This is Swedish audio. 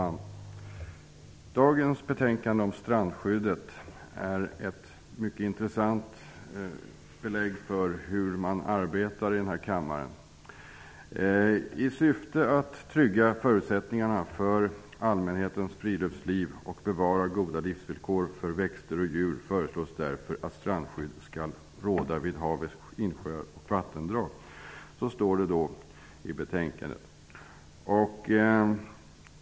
Fru talman! Det betänkande om strandskyddet som vi i dag behandlar är ett mycket intressant belägg för hur man arbetar i denna kammare. I syfte att trygga förutsättningarna för allmänhetens friluftsliv och bevara goda livsvillkor för växter och djur föreslås därför att strandskydd skall råda vid hav, insjöar och vattendrag. Det står i betänkandet.